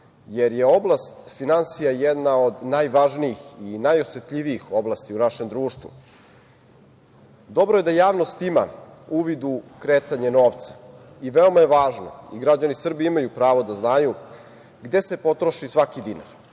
jer je oblast finansija jedna od najvažnijih i najosetljivijih oblasti u našem društvu. Dobro je da javnost ima uvid u kretanje novca i veoma je važno, i građani Srbije imaju pravo da znaju, gde se potroši svaki dinar